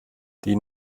die